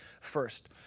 first